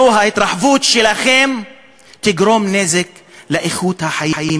ההתרחבות שלכם תגרום נזק לאיכות החיים שלנו.